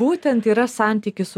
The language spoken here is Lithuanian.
būtent yra santykis su